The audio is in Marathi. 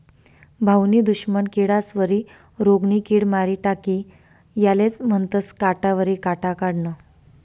भाऊनी दुश्मन किडास्वरी रोगनी किड मारी टाकी यालेज म्हनतंस काटावरी काटा काढनं